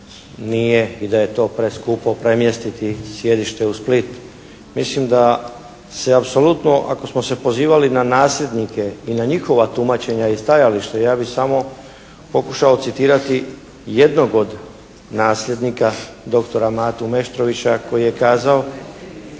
nije i da je to preskupo premjestiti sjedište u Split. Mislim da se apsolutno ako smo se pozivali na nasljednike i na njihova tumačenja i stajališta, ja bih samo pokušao citirati jednog od nasljednika dr. Matu Meštrovića koji je kazao